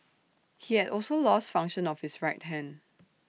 he had also lost function of his right hand